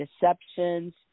deceptions